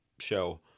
show